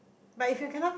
but if you cannot